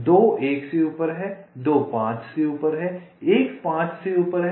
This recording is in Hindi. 2 1 से ऊपर है 2 5 से ऊपर है 1 5 से ऊपर है